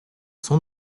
son